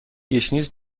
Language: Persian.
گشنیز